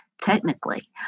Technically